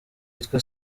witwa